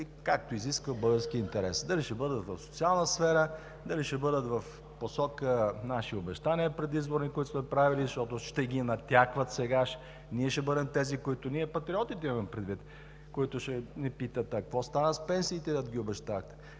както изисква българският интерес. Дали ще бъдат в социална сфера, дали ще бъдат в посока на наши предизборни обещания, които сме правили, защото ще ги натякват. Ние ще бъдем тези – ние, Патриотите имам предвид – които ще ни питат: „Какво стана с пенсиите, които ги обещавахте?“.